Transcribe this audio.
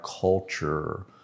culture